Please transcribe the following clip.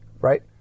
right